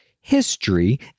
history